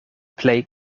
plej